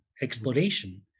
exploration